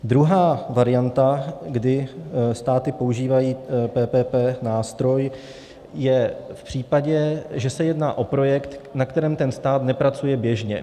Druhá varianta, kdy státy používají PPP nástroj, je v případě, že se jedná o projekt, na kterém stát nepracuje běžně.